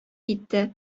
китте